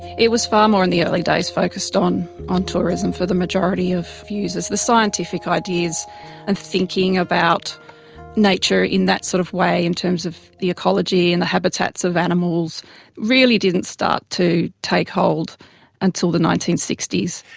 it was far more in the early days focused on on tourism for the majority of views, as the scientific ideas and thinking about nature in that sort of way in terms of the ecology and the habitats of animals really didn't start to take hold until the nineteen sixty s.